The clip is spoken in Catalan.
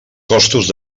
costos